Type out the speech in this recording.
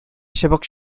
чыбык